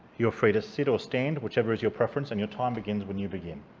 you're free to sit or stand, whichever is your preference, and your time begins when you begin.